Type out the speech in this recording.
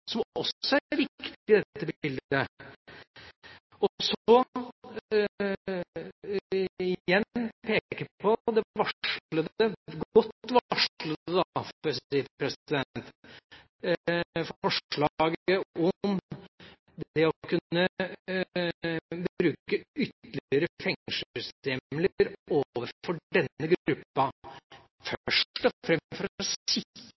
som også er viktig i dette bildet. Så vil jeg igjen peke på det varslede – godt varslede, får jeg si – forslaget om å kunne bruke ytterligere fengslingshjemler overfor denne